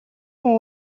хүн